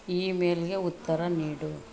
E ಮೇಲ್ಗೆ ಉತ್ತರ ನೀಡು